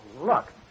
look